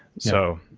so,